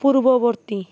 ପୂର୍ବବର୍ତ୍ତୀ